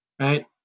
right